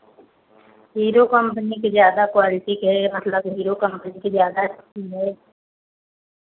hero company की ज़्यादा quality की है मतलब हीरो कम्पनी की ज़्यादा अच्छी है